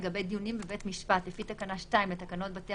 חירום מיוחד לגבי דיונים בבתי המשפט לפי תקנה 2 לתקנות בתי